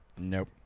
Nope